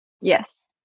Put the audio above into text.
Yes